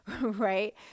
right